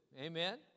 amen